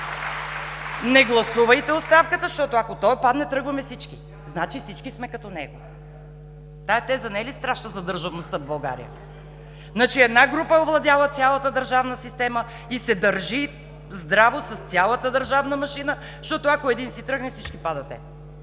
не гласувайте оставката, защото ако той падне тръгваме всички. Значи всички сме като него. Тази теза не е ли страшна за държавността в България? Значи една група е овладяла цялата държавна система и се държи здраво с цялата държавна машина, защото ако един си тръгне – всички падате.